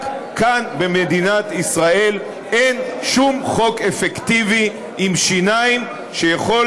רק כאן במדינת ישראל אין שום חוק אפקטיבי עם שיניים שיכול